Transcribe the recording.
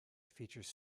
features